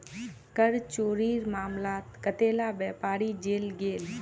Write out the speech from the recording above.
कर चोरीर मामलात कतेला व्यापारी जेल गेल